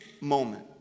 moment